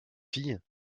filles